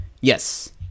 Yes